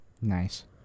Nice